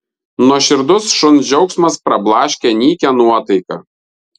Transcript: nuoširdus šuns džiaugsmas prablaškė nykią nuotaiką